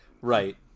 right